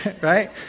right